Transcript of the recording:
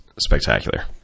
spectacular